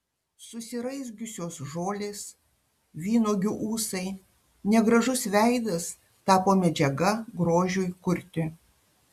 susiraizgiusios žolės vynuogių ūsai negražus veidas tapo medžiaga grožiui kurti